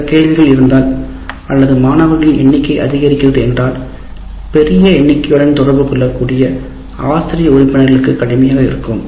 சில கேள்விகள் இருந்தால் அல்லது மாணவர்களின் எண்ணிக்கை அதிகரிக்கிறது என்றால் பெரிய எண்ணிக்கையுடன் தொடர்பு கொள்ளஆசிரிய உறுப்பினர்களுக்கு கடினமாக இருக்கும்